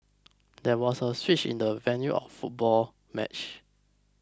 there was a switch in the venue for the football match